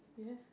yes